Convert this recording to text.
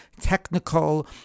technical